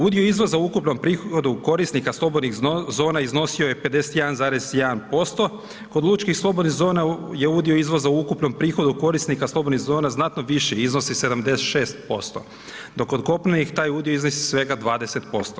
Udio izvoza u ukupnom prihodu korisnika slobodnih zona iznosio je 51,1%, kod lučkih slobodnih zona je udio izvoza u ukupnom prihodu korisnika slobodnih zona znatno viši i iznosi 76%, dok kod kopnenih taj udio iznosi svega 20%